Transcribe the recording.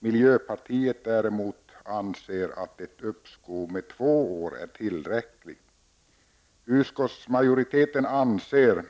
Miljöpartiet däremot anser att ett uppskov med två år är tillräckligt. Utskottsmajoriteten anser